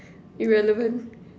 irrelevant